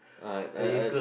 I I I